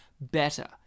better